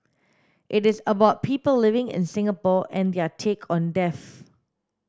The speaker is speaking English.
it is about people living in Singapore and their take on death